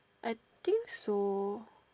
I think so